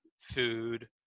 food